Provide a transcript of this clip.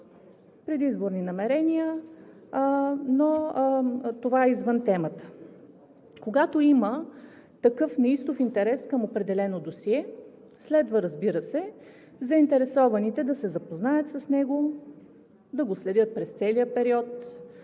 предизборни намерения, но това е извън темата. Когато има такъв неистов интерес към определено досие, следва, разбира се, заинтересованите да се запознаят с него, да го следят през целия период.